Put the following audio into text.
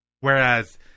Whereas